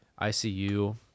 ICU